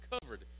covered